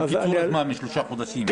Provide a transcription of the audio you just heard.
וגם קיצור הזמן משלושה חודשים.